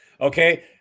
okay